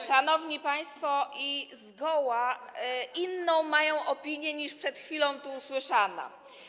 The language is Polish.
Szanowni państwo, mają zgoła inną opinię niż przed chwilą tu usłyszana.